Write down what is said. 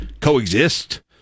coexist